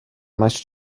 meist